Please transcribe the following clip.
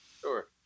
sure